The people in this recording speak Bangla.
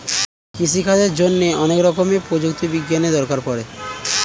কৃষিকাজের জন্যে অনেক রকমের প্রযুক্তি বিজ্ঞানের দরকার পড়ে